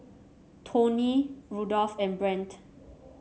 Toney Rudolph and Brant